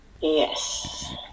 Yes